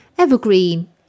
Evergreen